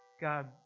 God